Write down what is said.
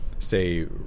say